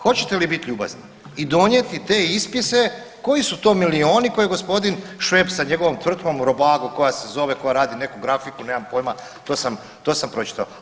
Hoćete li biti ljubazni i donijeti te ispise koji su to milijuni koje je gospodin Šveb sa njegovom tvrtkom Robago koja se zove, koja radi nekakvu grafiku, nemam pojma to sam pročitao.